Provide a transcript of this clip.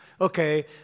Okay